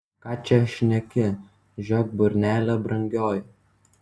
ką čia šneki žiok burnelę brangioji